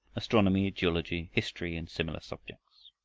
astronomy, geology, history, and similar subjects.